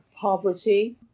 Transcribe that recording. poverty